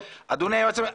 אדוני היועץ המשפטי,